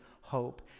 hope